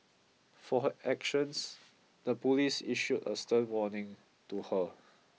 for her actions the police issued a stern warning to her